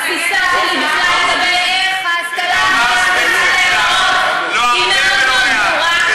התפיסה שלי בכלל לגבי ההשכלה הגבוהה היא מאוד מאוד ברורה.